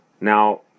now